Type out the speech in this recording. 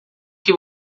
que